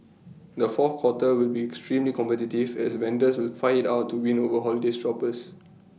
the fourth quarter will be extremely competitive as vendors will fight IT out to win over holiday shoppers